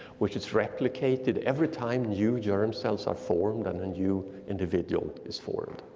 which is replicated every time new germ cells are formed and a new individual is formed.